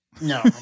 No